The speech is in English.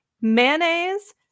mayonnaise